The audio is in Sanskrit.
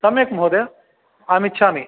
सम्यक् महोदय अहम् इच्छामि